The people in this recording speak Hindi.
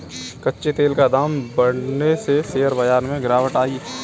कच्चे तेल का दाम बढ़ने से शेयर बाजार में गिरावट आई